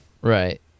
Right